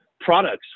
products